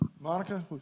Monica